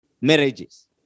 marriages